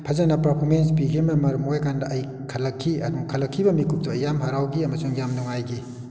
ꯐꯖꯅ ꯄꯔꯐꯣꯔꯃꯦꯟꯁ ꯄꯤꯈꯤꯕꯅ ꯃꯔꯝ ꯑꯣꯏꯔꯀꯥꯟꯗ ꯑꯩ ꯈꯜꯂꯛꯈꯤ ꯑꯗꯨ ꯈꯜꯂꯛꯈꯤꯕ ꯃꯤꯀꯨꯞꯇꯨ ꯌꯥꯝ ꯍꯔꯥꯎꯈꯤ ꯑꯃꯁꯨꯡ ꯌꯥꯝ ꯅꯨꯡꯉꯥꯏꯈꯤ